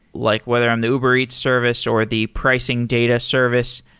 like whether on the uber eat service or the pricing data service,